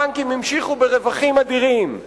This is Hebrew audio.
הבנקים המשיכו ברווחים אדירים.